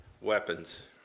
weapons